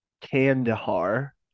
Kandahar